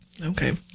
okay